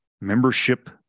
Membership